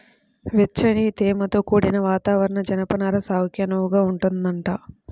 వెచ్చని, తేమతో కూడిన వాతావరణం జనపనార సాగుకు అనువుగా ఉంటదంట